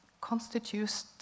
constitutes